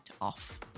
off